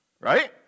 right